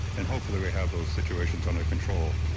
and hopefully we have those situations under control.